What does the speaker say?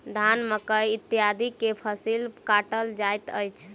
धान, मकई इत्यादि के फसिल काटल जाइत अछि